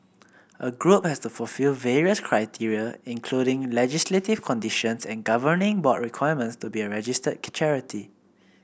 a group has to fulfil various criteria including legislative conditions and governing board requirements to be a registered charity